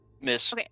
Miss